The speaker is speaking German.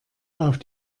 auf